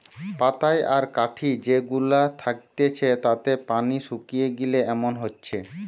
পাতায় আর কাঠি যে গুলা থাকতিছে তাতে পানি শুকিয়ে গিলে এমন হচ্ছে